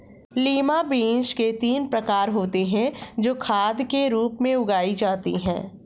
lima beans के तीन प्रकार होते हे जो खाद के रूप में उगाई जाती हें